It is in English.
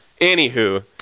Anywho